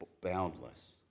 boundless